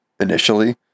initially